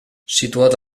situat